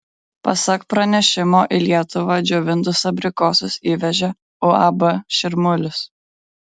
pasak pranešimo į lietuvą džiovintus abrikosus įvežė uab širmulis